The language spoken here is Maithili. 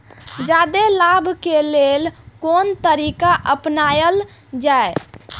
जादे लाभ के लेल कोन तरीका अपनायल जाय?